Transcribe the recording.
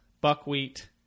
buckwheat